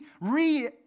re